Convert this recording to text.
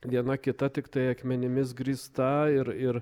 viena kita tiktai akmenimis grįsta ir ir